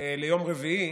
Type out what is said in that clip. ליום רביעי,